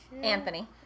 Anthony